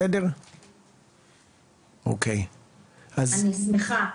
אני שמחה.